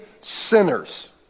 sinners